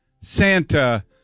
santa